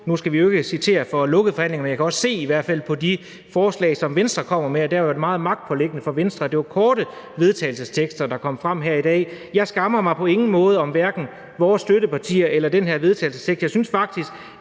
nu skal vi jo ikke citere fra lukkede forhandlinger, men jeg kan i hvert fald se på de forslag, som Venstre kommer med, at det har været meget magtpåliggende for Venstre, at det er korte forslag til vedtagelse, der kommer frem her i dag. Jeg skammer mig på ingen måde over vores støttepartier eller det her forslag til vedtagelse. Jeg synes faktisk,